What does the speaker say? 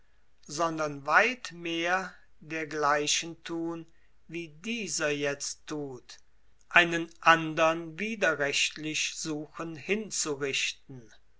sondern weit mehr dergleichen tun wie dieser jetzt tut einen andern widerrechtlich suchen